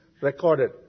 recorded